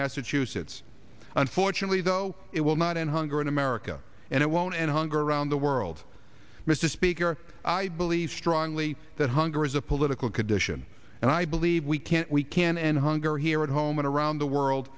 massachusetts unfortunately though it will not end hunger in america and it won't end hunger around the world mr speaker i believe strongly that hunger is a political condition and i believe we can we can end hunger here at home and around the world